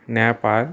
Nepal